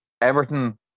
Everton